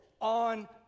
on